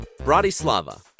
Bratislava